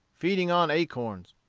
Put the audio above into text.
feeding on acorns.